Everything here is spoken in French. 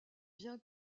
bien